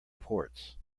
ports